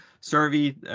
survey